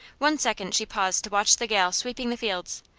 one second she paused to watch the gale sweeping the fields,